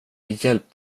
hjälpt